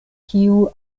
kiu